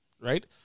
right